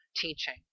teaching